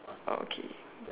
okay